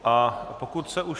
A pokud se už...